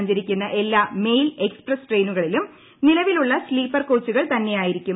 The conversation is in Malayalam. സഞ്ചരിക്കുന്ന എല്ലാ മെയിൽ എക്സ്പ്രസ് ട്രെയിനുകളിലും നിലവിലുള്ള സ്ത്രീപ്പർ കോച്ചുകൾ തന്നെയായിരിക്കും